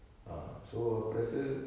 ah so aku rasa